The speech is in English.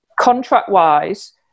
contract-wise